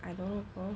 I don't know